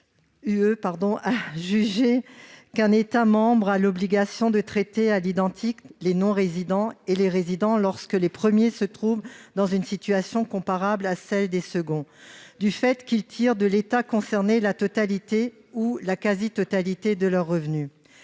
CJUE a jugé qu'un État membre a l'obligation de traiter à l'identique les non-résidents et les résidents, lorsque les premiers se trouvent dans une situation comparable à celle des seconds du fait qu'ils tirent de l'État concerné la totalité ou la quasi-totalité de leurs revenus.